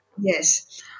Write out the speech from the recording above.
Yes